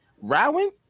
Rowan